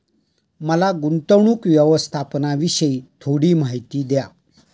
मला गुंतवणूक व्यवस्थापनाविषयी थोडी माहिती द्या